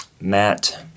Matt